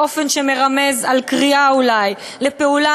באופן שמרמז על קריאה אולי לפעולה,